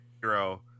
hero